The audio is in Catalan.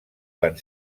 van